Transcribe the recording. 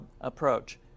approach